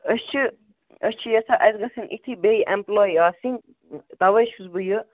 أسۍ چھِ أسۍ چھِ یژھان اَسہِ گژھن یِتھی بیٚیہِ ایمپٕلاے آسٕنۍ تَوے چھُس بہٕ یہِ